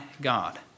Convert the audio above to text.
God